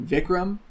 Vikram